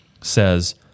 says